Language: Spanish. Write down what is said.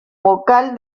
vocal